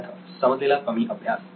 सिद्धार्थ समजलेला कमी अभ्यास